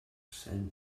said